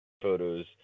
photos